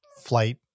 flight